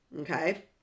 okay